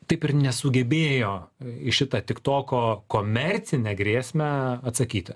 taip ir nesugebėjo į šitą tiktoko komercinę grėsmę atsakyti